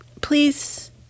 please